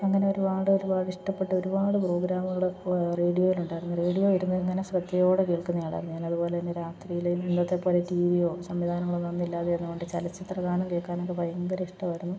അങ്ങനെ ഒരുപാട് ഒരുപാടിഷ്ടപ്പെട്ട ഒരുപാട് പ്രോഗ്രാമുകൾ റേഡിയോയിലുണ്ടായിരുന്നു റേഡിയോ ഇരുന്ന് ഇങ്ങനെ ശ്രദ്ധയോടെ കേൾക്കുന്ന ആളായിരുന്നു ഞാൻ അതു പോലെ തന്നെ രാത്രിയിൽ ഇന്നത്തെ പോലെ ടീ വിയോ സംവിധാനങ്ങളൊന്നും അന്നില്ലാതെയിരുന്നതു കൊണ്ട് ചലച്ചിത്ര ഗാനം കേൾക്കാനായിട്ട് ഭയങ്കര ഇഷ്ടമായിരുന്നു